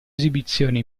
esibizione